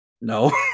No